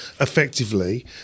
effectively